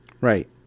Right